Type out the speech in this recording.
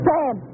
Sam